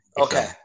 Okay